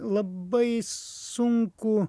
labai sunku